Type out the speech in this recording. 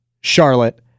Charlotte